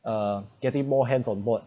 uh getting more hands on board